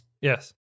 Yes